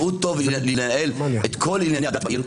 שהוא טוב לנהל את כל ענייני הדת בעיר,